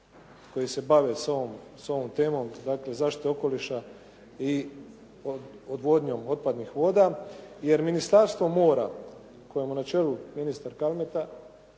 koji se bave s ovom temom, dakle zaštite okoliša i odvodnjom otpadnih voda jer Ministarstvo mora kojemu je na čelu ministar Kalmeta